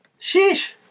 Sheesh